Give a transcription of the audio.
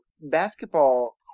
basketball